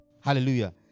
Hallelujah